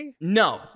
No